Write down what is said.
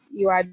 UI